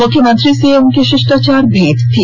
मुख्यमंत्री से यह उनकी शिष्टाचार भेंट थी